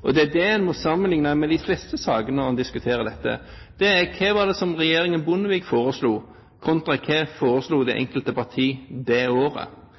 Det er det en må sammenligne med i de fleste sakene når en diskuterer dette: Hva var det regjeringen Bondevik foreslo, kontra det det enkelte partiet foreslo det året. Det